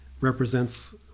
represents